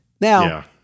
Now